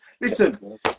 listen